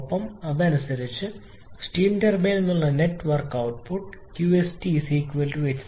ഒപ്പം അതനുസരിച്ച് സ്റ്റീം ടർബൈനിൽ നിന്നുള്ള നെറ്റ്വർക്ക് output ട്ട്പുട്ട് 𝑞𝑆𝑇 ℎ3 ℎ2 3266